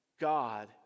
God